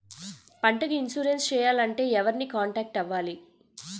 పంటకు ఇన్సురెన్స్ చేయాలంటే ఎవరిని కాంటాక్ట్ అవ్వాలి?